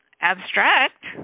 abstract